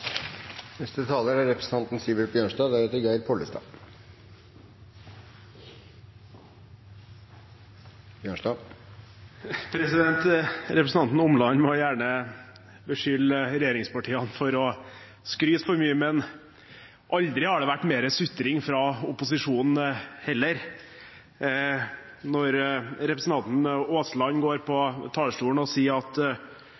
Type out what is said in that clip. Representanten Omland må gjerne beskylde regjeringspartiene for å skryte for mye, men aldri har det vært mer sutring fra opposisjonen heller. Når representanten Aasland går